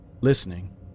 listening